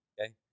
okay